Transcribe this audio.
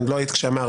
לא היית כשאמרתי.